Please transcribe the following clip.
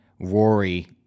Rory